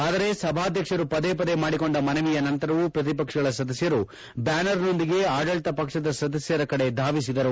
ಆದರೆ ಸಭಾಧ್ಯಕ್ಷರು ಪದೇಪದೇ ಮಾಡಿಕೊಂಡ ಮನವಿಯ ನಂತರವೂ ಪ್ರತಿಪಕ್ಷಗಳ ಸದಸ್ತರು ಬ್ಯಾನರ್ನೊಂದಿಗೆ ಆಡಳಿತ ಪಕ್ಷದ ಸದಸ್ತರ ಕಡೆ ಧಾವಿಸಿದರು